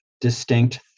distinct